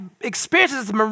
experiences